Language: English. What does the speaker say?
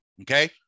Okay